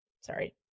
sorry